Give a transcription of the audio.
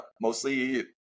mostly